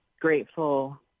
grateful